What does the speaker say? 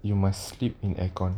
you must sleep in aircon